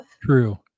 true